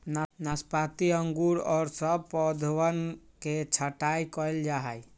नाशपाती अंगूर और सब के पौधवन के छटाई कइल जाहई